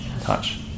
touch